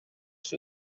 for